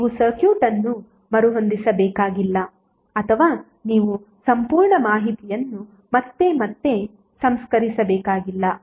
ನೀವು ಸರ್ಕ್ಯೂಟ್ ಅನ್ನು ಮರುಹೊಂದಿಸಬೇಕಾಗಿಲ್ಲ ಅಥವಾ ನೀವು ಸಂಪೂರ್ಣ ಮಾಹಿತಿಯನ್ನು ಮತ್ತೆ ಮತ್ತೆ ಸಂಸ್ಕರಿಸಬೇಕಾಗಿಲ್ಲ